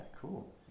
cool